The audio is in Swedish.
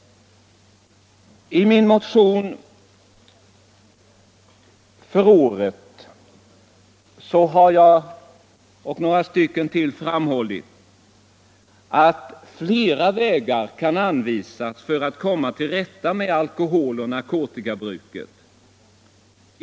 I en motion i år har jag och några medmotionärer skrivit: ”Flera vägar kan anvisas för att komma till rätta med alkohol-och narkotikabruket.